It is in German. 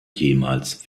jemals